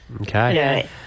Okay